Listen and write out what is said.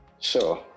Sure